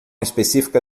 específica